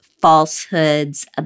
falsehoods